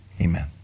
amen